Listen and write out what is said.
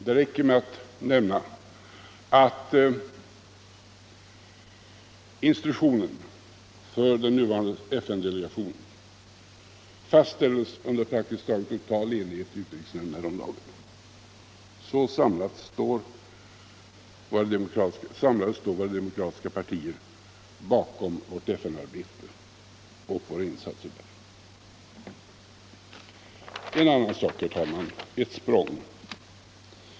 Det räcker med att nämna att instruktionen för den nuvarande FN-delegationen fastställdes under praktiskt taget total enighet i utrikesnämnden häromdagen. Så samlades då våra demokratiska partier bakom våra insatser i FN arbetet. En annan sak, herr talman, som innebär eu språng!